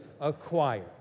acquire